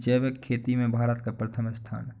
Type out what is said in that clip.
जैविक खेती में भारत का प्रथम स्थान